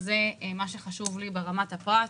זה מה שחשוב לי ברמת הפרט.